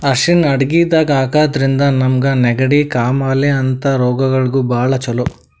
ಅರ್ಷಿಣ್ ಅಡಗಿದಾಗ್ ಹಾಕಿದ್ರಿಂದ ನಮ್ಗ್ ನೆಗಡಿ, ಕಾಮಾಲೆ ಅಂಥ ರೋಗಗಳಿಗ್ ಭಾಳ್ ಛಲೋ